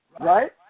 Right